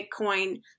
Bitcoin